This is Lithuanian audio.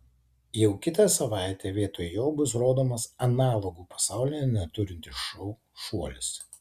jau kitą savaitę vietoj jo bus rodomas analogų pasaulyje neturintis šou šuolis